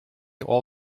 all